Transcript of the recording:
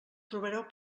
trobareu